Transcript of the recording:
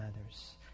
others